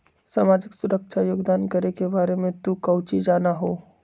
सामाजिक सुरक्षा योगदान करे के बारे में तू काउची जाना हुँ?